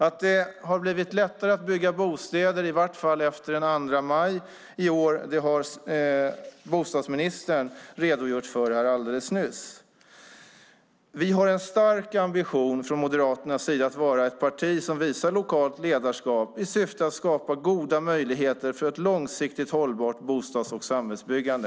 Att det har blivit lättare att bygga bostäder, i vart fall efter den 2 maj i år, har bostadsministern redogjort för alldeles nyss. Vi har en stark ambition från Moderaternas sida att vara ett parti som visar lokalt ledarskap i syfte att skapa goda möjligheter för ett långsiktigt hållbart bostads och samhällsbyggande.